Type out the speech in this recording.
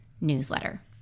newsletter